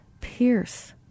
pierce